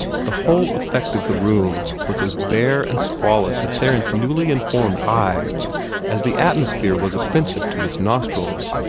the whole effect of the room was as bare and squalid to theron's newly informed eye as the atmosphere was offensive to his nostrils.